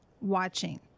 watching